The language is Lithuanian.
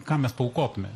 ką mes paaukotume